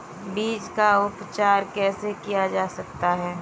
बीज का उपचार कैसे किया जा सकता है?